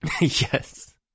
Yes